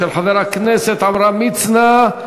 של חבר הכנסת עמרם מצנע,